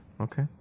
Okay